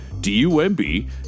d-u-m-b